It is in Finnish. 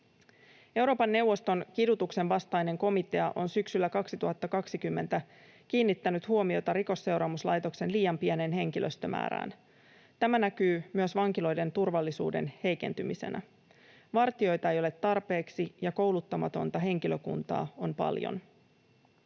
Euroopan neuvoston kidutuksen vastainen komitea on syksyllä 2020 kiinnittänyt huomiota Rikosseuraamuslaitoksen liian pieneen henkilöstömäärään. Tämä näkyy myös vankiloiden turvallisuuden heikentymisenä. Vartijoita ei ole tarpeeksi, ja kouluttamatonta henkilökuntaa on paljon.